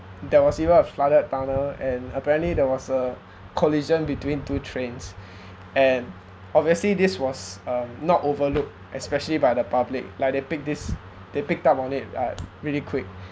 there was even a flooded tunnel and apparently there was a collision between two trains and obviously this was um not overlooked especially by the public like they pick this they picked up on it uh really quick